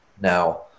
Now